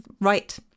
right